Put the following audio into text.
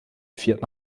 vierten